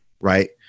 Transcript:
right